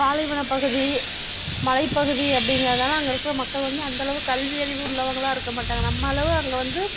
பாலைவன பகுதி மலை பகுதி அப்படிங்கறதுனால அங்கே இருக்கிற மக்கள் வந்து அந்தளவுக்கு கல்வி அறிவு உள்ளவங்களாக இருக்கமாட்டாங்க நம்ம அளவு அங்கே வந்து